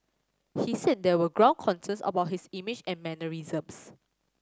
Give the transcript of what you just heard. he said there were ground concerns about his image and mannerisms